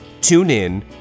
TuneIn